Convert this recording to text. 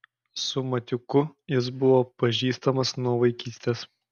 su matiuku jis buvo pažįstamas nuo vaikystės